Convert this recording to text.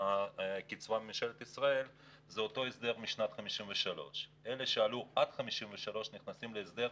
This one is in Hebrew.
הקצבה מממשלת ישראל הוא ההסדר משנת 1953. אלה שעלו עד 1953 נכנסים להסדר,